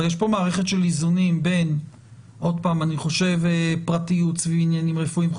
אבל יש כאן מערכת של איזונים בין פרטיות סביב עניינים רפואיים.